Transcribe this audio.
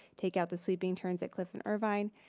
take out the sweeping turns at cliff and irvine.